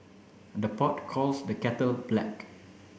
the pot calls the kettle black